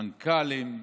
מנכ"לים.